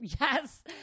Yes